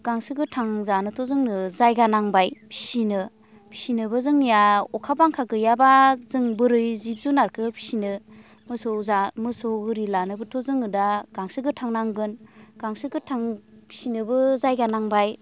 गांसो गोथां जानोथ' जोंनो जायगा नांबाय फिसिनो फिनोबो जोंनिया अखा बांखा गैयाब्ला जों बोरै जिब जुनारखो फिनो मोसौ ओरि लानोबोथ' जोङो दा गांसो गोथां नांगोन गांसो गोथां फिनोबो जायगा नांबाय